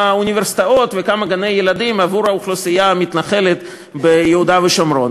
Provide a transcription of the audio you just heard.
אוניברסיטאות וכמה גני-ילדים עבור האוכלוסייה המתנחלת ביהודה ושומרון.